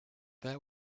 that